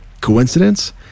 Coincidence